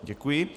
Děkuji.